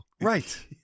right